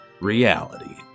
Reality